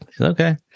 Okay